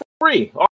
free